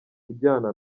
ujyana